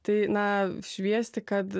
tai na šviesti kad